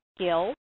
skill